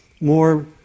more